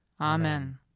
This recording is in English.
Amen